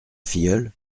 filleule